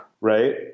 Right